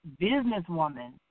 businesswoman